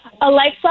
alexa